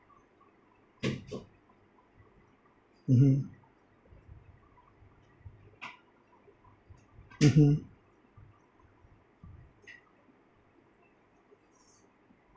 mmhmm mmhmm